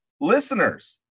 listeners